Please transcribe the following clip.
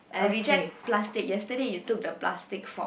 I reject plastic yesterday you took the plastic fork